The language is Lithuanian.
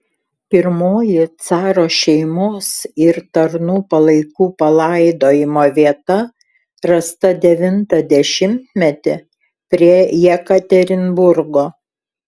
pirmoji caro šeimos ir tarnų palaikų palaidojimo vieta rasta devintą dešimtmetį prie jekaterinburgo